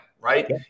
right